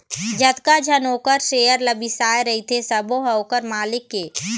जतका झन ओखर सेयर ल बिसाए रहिथे सबो ह ओखर मालिक ये